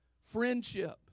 friendship